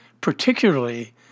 particularly